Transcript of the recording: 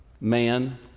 Man